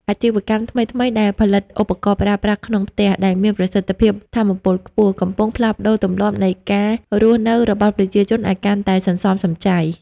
អាជីវកម្មថ្មីៗដែលផលិតឧបករណ៍ប្រើប្រាស់ក្នុងផ្ទះដែលមានប្រសិទ្ធភាពថាមពលខ្ពស់ កំពុងផ្លាស់ប្តូរទម្លាប់នៃការរស់នៅរបស់ប្រជាជនឱ្យកាន់តែសន្សំសំចៃ។